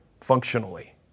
functionally